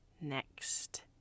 next